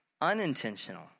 unintentional